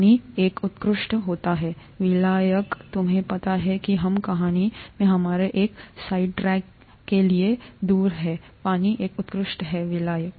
पानी एक उत्कृष्ट होता है विलायक तुम्हें पता है कि हम कहानी में हमारे एक साइड ट्रैक के लिए से दूर हैं पानी एक उत्कृष्ट है विलायक